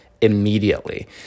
immediately